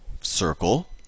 circle